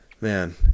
man